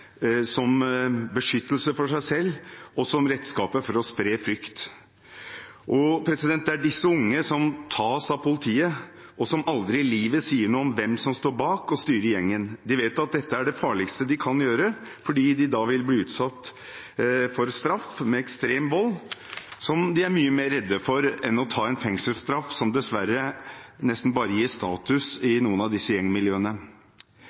som beskyttelse for seg selv og som redskaper til å spre frykt. Det er disse unge som tas av politiet, og som aldri i livet sier noe om hvem som står bak og styrer gjengen. De vet at det er det farligste de kan gjøre, fordi de da vil bli utsatt for straff med ekstrem vold, noe de er mye mer redd for enn å ta en fengselsstraff, som dessverre nesten bare gir status i noen av disse gjengmiljøene.